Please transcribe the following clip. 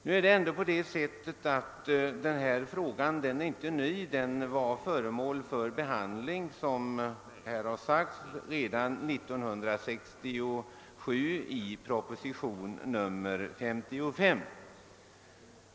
Nu är det ändå på det sättet att denna fråga inte är ny; den var föremål för behandling, såsom här har sagts, redan år 1967 i proposition 55.